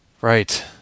Right